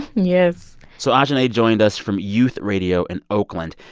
yes so ajahnay joined us from youth radio in oakland.